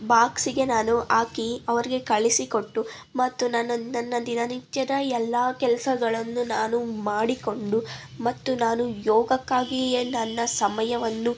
ಬಾಕ್ಸಿಗೆ ನಾನು ಹಾಕಿ ಅವರಿಗೆ ಕಳಿಸಿಕೊಟ್ಟು ಮತ್ತು ನನ್ನ ನನ್ನ ದಿನನಿತ್ಯದ ಎಲ್ಲ ಕೆಲಸಗಳನ್ನು ನಾನು ಮಾಡಿಕೊಂಡು ಮತ್ತು ನಾನು ಯೋಗಕ್ಕಾಗಿಯೇ ನನ್ನ ಸಮಯವನ್ನು